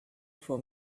for